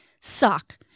suck